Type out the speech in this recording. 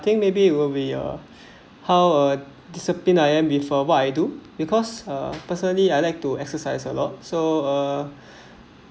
I think maybe will be uh how a disciplined I am before what I do because uh personally I like to exercise a lot so uh